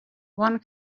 one